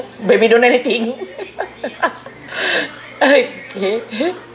baby don't know anything okay